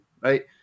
right